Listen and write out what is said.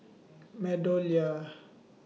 Meadowlea